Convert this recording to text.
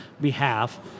behalf